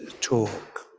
talk